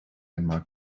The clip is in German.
einmal